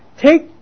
take